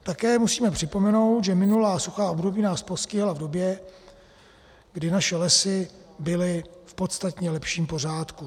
Také musíme připomenout, že minulá suchá období nás postihla v době, kdy naše lesy byly v podstatně lepším pořádku.